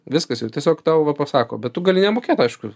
viskas jau tiesiog tau va pasako bet tu gali nemokėt aišku